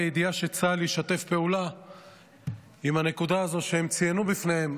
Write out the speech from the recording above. בידיעה שצה"ל ישתף פעולה עם הנקודה הזו שהם ציינו בפניהם,